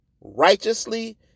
righteously